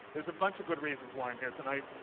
there's a bunch of good reasons why i'm here tonight,